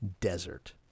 desert